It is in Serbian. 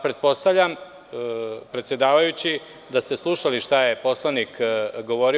Pretpostavljam predsedavajući da ste slušali šta je poslanik govorio.